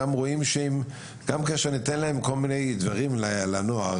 רואים שהם גם כאשר ניתן להם כל מיני דברים לנוער,